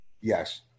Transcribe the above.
Yes